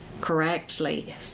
correctly